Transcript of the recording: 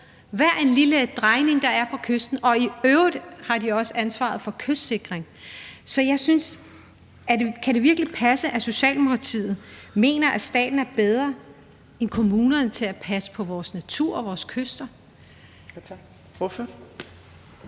hver en lille drejning, der er på kysten, og de har i øvrigt også ansvaret for kystsikringen. Så kan det virkelig passe, at Socialdemokratiet mener, at staten er bedre end kommunerne til at passe på vores natur og vores kyster?